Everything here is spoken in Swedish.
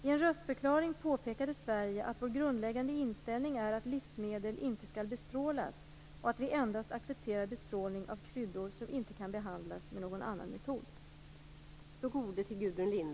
I en röstförklaring påpekade vi från Sveriges sida att vår grundläggande inställning är att livsmedel inte skall bestrålas och att vi endast accepterar bestrålning av kryddor som inte kan behandlas med någon annan metod.